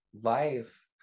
life